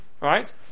right